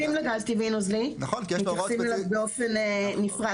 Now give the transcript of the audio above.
וכל פעם שמתייחסים לגז טבעי נוזלי מתייחסים אליו באופן נפרד.